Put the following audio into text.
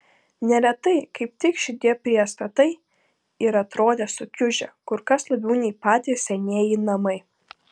neretai kaip tik šitie priestatai ir atrodė sukiužę kur kas labiau nei patys senieji namai